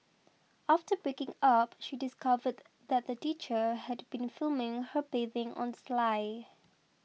after breaking up she discovered that the teacher had been filming her bathing on sly